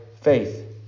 faith